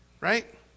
right